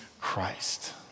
Christ